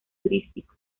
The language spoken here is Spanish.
turístico